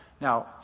Now